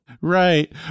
Right